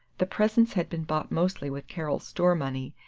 the presents had been bought mostly with carol's story money,